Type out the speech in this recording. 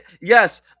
Yes